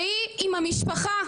והיא, עם המשפחה,